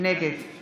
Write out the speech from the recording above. נגד מיכל רוזין,